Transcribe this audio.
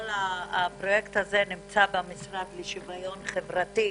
כל הפרויקט הזה נמצא במשרד לשוויון חברתי,